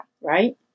Right